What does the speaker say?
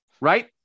right